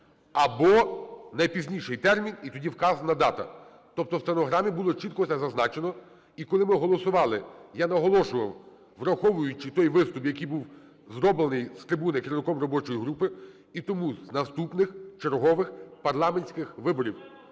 або не пізніше в термін" і тоді вказана дата. Тобто в стенограмі було чітко це зазначено. І коли ми голосували я наголошував, враховуючи той виступ, який був зроблений з трибуни керівником робочої групи. І тому з наступних чергових парламентських виборів